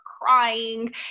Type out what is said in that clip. crying